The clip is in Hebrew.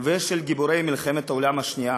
ושל גיבורי מלחמת העולם השנייה,